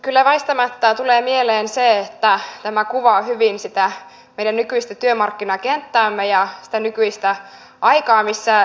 kyllä väistämättä tulee mieleen se että tämä kuvaa hyvin sitä meidän nykyistä työmarkkinakenttäämme ja sitä nykyistä aikaa missä elämme